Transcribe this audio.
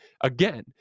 again